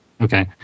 Okay